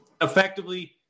effectively